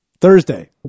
Thursday